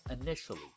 initially